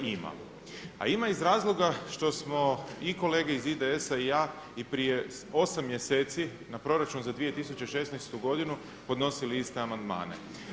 A ima iz razloga što smo i kolege iz IDS-a i ja i prije osam mjeseci na proračun za 2016. godinu podnosili iste amandmane.